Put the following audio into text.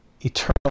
eternal